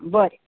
बरें